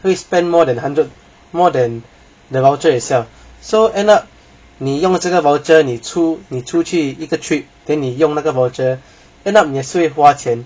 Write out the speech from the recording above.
会 spent more than hundred more than the voucher itself so end up 你用这个 voucher 你出你出去一个 trip 给你用那个 voucher end up 你也是会花钱